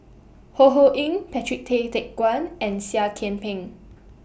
Ho Ho Ying Patrick Tay Teck Guan and Seah Kian Peng